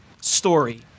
story